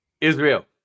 Israel